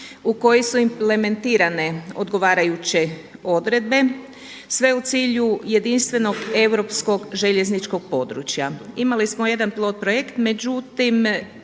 u koji su implementirane odgovarajuće odredbe sve u cilju jedinstvenog europskog željezničkog područja. Imali smo jedan pilot projekt međutim